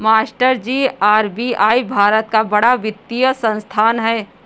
मास्टरजी आर.बी.आई भारत का बड़ा वित्तीय संस्थान है